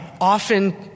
often